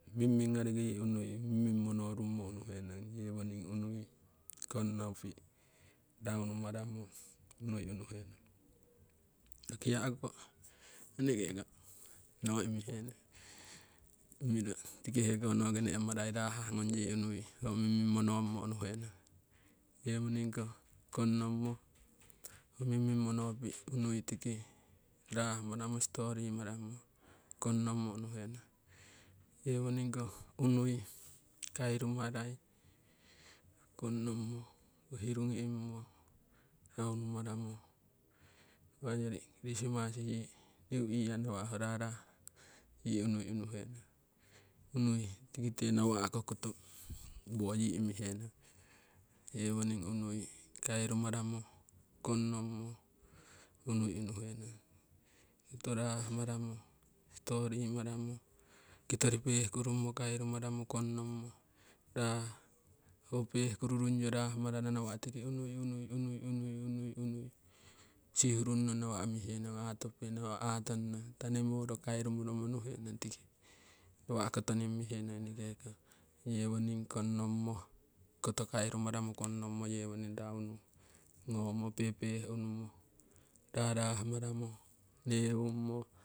Mimming ngoriki yii unui mimming monorummo unuhenong yewoning unui konnopi' raunumararo unui unuhenong impa kiyaku ko eneke ko noo imihenong, imiro tiki heko noki ne'emarai rahahngung yii unui ho mimming monorummo unu henong. Yewoning ko konnomo ho mimming monopi' tiki rahmaramo sitori mararmo kongnommo unuhe nong yewoning ko unui kairumarai kongnommo hirugi umimo raunu maramo impa ongyori christmas yii new year nawa' ho rah rahah ngung unui unuhenong unui tikite nawa'ko koto woo yii imihe nong, yewoning unui kauru maramo kongnommo unui unuhenong. Koto rah mararmo sitori maramo, kitori peh kurummo kairumaramo kongnommo ho pehkuru rungyo rahmaramo nawa' tiki unui sihurunno nawa' mihenong atope, nawa' atonno tanimoro kairu moromo nuhenong tiki. Nawa' kotoning mihenong eneke ko yewoning konnomo koto kairumaramo kongnommo yewoning raunu ngommo pehpeh unumo rahrah maramo newummo.